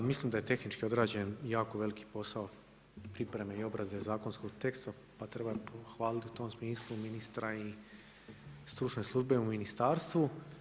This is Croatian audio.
Mislim da je tehnički odrađen jako veliki posao pripreme i obrade zakonskog teksta pa treba pohvaliti u tom smislu ministra i stručne službe u ministarstvu.